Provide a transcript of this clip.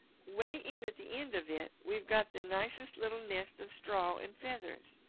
way in at the end of it we've got the nicest little nest of straw and feathers.